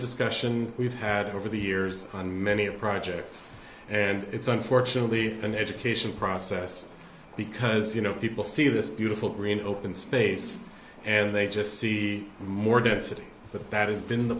discussion we've had over the years on many projects and it's unfortunately an education process because you know people see this beautiful green open space and they just see more density but that has been the